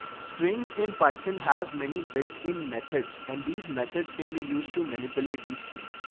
strings in biotin have many built in methods and these methods can be used to manipulate these strings.